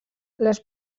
les